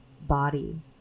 body